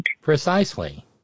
Precisely